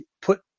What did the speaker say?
put